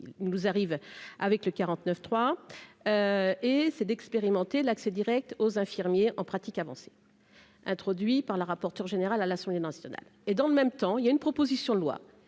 il nous arrive avec le 49 3 et c'est d'expérimenter l'accès Direct aux infirmiers en pratique avancée introduit par la rapporteure générale à l'Assemblée nationale et dans le même temps, il y a une proposition de loi